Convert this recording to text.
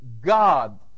God